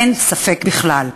אין ספק בכלל.